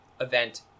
event